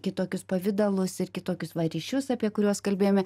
kitokius pavidalus ir kitokius ryšius apie kuriuos kalbėjome